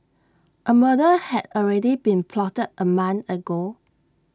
A murder had already been plotted A month ago